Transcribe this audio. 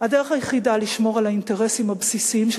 הדרך היחידה לשמור על האינטרסים הבסיסיים של